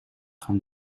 gaan